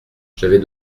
j’avais